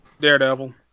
Daredevil